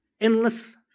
endless